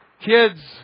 Kids